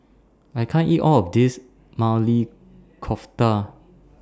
I can't eat All of This Maili Kofta